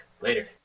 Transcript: Later